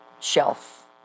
shelf